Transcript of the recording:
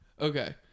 Okay